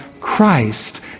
Christ